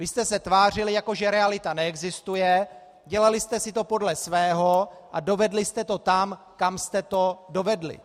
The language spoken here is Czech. Vy jste se tvářili, jako že realita neexistuje, dělali jste si to podle svého a dovedli jste to tam, kam jste to dovedli.